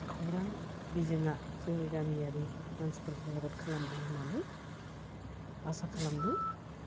खौरां बिजोङा जोंनि गामियारि मानसिफोरखौ मदद खालामदों होन्नानै आसा खालामदों